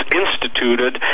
instituted